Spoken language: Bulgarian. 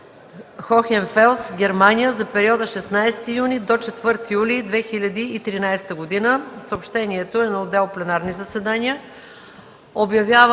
Хохенфелс, Германия за периода 16 юни до 4 юли 2013 г.